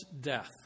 death